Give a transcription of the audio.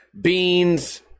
Beans